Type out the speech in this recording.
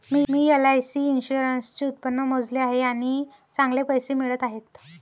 मी LIC इन्शुरन्सचे उत्पन्न मोजले आहे आणि चांगले पैसे मिळत आहेत